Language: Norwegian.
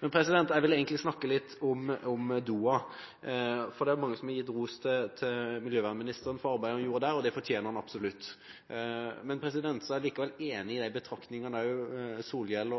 Men jeg ville egentlig snakke litt om Doha, for det er mange som har gitt ros til miljøvernministeren for arbeidet han gjorde der, og det fortjener han absolutt. Men så er jeg likevel enig i de betraktningene også statsråd Solhjell,